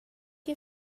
you